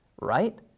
right